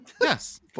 Yes